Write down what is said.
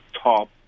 top